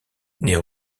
n’est